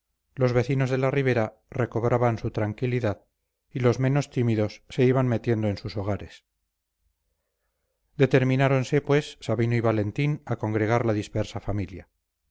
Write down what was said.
los vecinos de la ribera recobraban su tranquilidad y los menos tímidos se iban metiendo en sus hogares determináronse pues sabino y valentín a congregar la dispersa familia